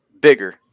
bigger